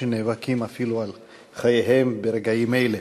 שנאבקים אפילו על חייהם ברגעים אלה.